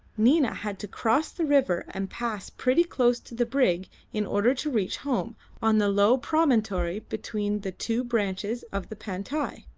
nina had to cross the river and pass pretty close to the brig in order to reach home on the low promontory between the two branches of the pantai.